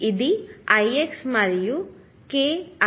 ఇది Ix మరియు ఇది kIx